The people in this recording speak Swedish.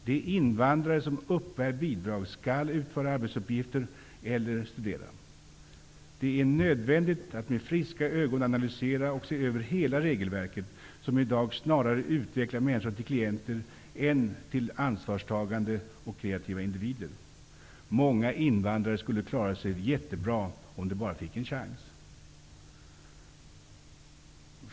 De invandrare som uppbär bidrag skall utföra arbetsuppgifter eller studera. Det är nödvändigt att med friska ögon analysera och se över hela regelverket, som i dag snarare utvecklar människor till klienter än till ansvarstagande och kreativa individer. Många invandrare skulle klara sig jättebra om de bara fick en chans.